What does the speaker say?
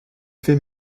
fait